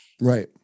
Right